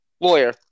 Lawyer